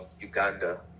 Uganda